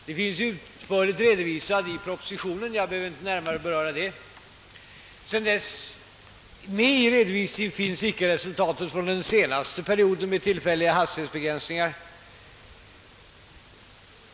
Det finns en utförlig redogörelse i propositionen så jag behöver inte gå in härpå, men i redovisningen ingår inte resultatet av den senaste periodens, d.v.s. novembers, tillfälliga hastighetsbegränsningar.